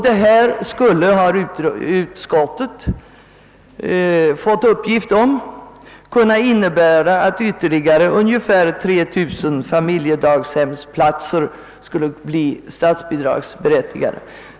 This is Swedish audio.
Enligt vad utskottet fått uppgift om skulle detta kunna innebära att ungefär 3 000 familjedaghem utöver vad propositionen medger skulle bli statsbidragsberättigade.